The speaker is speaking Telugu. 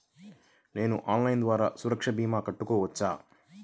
నేను ఆన్లైన్ ద్వారా సురక్ష భీమా కట్టుకోవచ్చా?